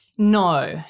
No